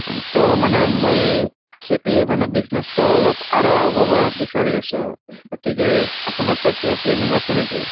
তো মানে মই খেতি মানে বিজনেচটো অলপ আৰু আগুৱাব বিচাৰি আছোঁ গতিকে আপোনাৰ তাত কিবা প্লেনিং আছে নেকি